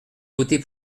voter